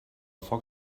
foc